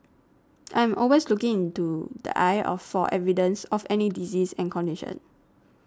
I am always looking into the eye of for evidence of any disease and condition